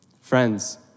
Friends